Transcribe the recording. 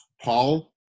Paul